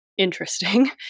Interesting